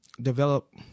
develop